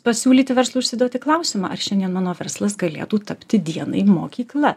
pasiūlyti verslui užsiduoti klausimą ar šiandien mano verslas galėtų tapti dienai mokykla